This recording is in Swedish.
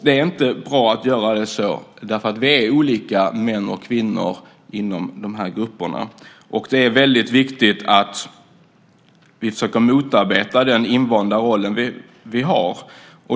Det är inte bra att göra så, eftersom vi är olika, män och kvinnor, inom de här grupperna. Det är viktigt att vi försöker motarbeta den invanda roll vi har.